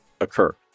occur